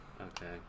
Okay